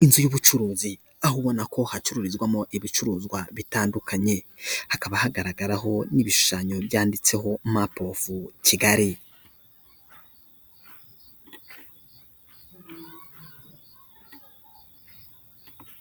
Inzu y'ubucuruzi, aho ubona ko hacurururizwamo ibicuruzwa bitandukanye, hakaba hagaragaraho n'ibishushanyo byanditseho mapu ofu Kigali.